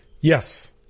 Yes